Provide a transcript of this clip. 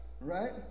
Right